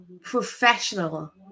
professional